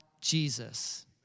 Jesus